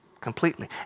completely